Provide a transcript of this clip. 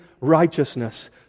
righteousness